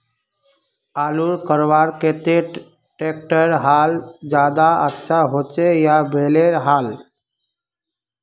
आलूर लगवार केते ट्रैक्टरेर हाल ज्यादा अच्छा होचे या बैलेर हाल?